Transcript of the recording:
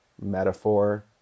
metaphor